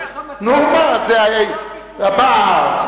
אז לא יגיע לבית-דין,